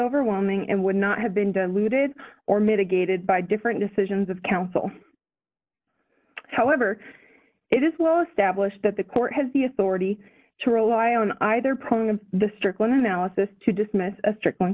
overwhelming and would not have been done looted or mitigated by different decisions of counsel however it is well established that the court has the authority to rely on either point of the strickland analysis to dismiss a strict one